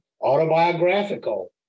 autobiographical